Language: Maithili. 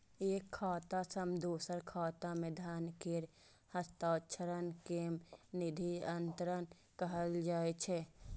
एक खाता सं दोसर खाता मे धन केर हस्तांतरण कें निधि अंतरण कहल जाइ छै